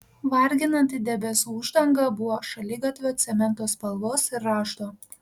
varginanti debesų uždanga buvo šaligatvio cemento spalvos ir rašto